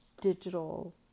digital